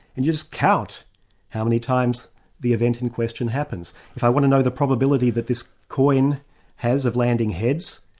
and just count how many times the event in question happens. if i want to know the probability that this coin has of landing heads,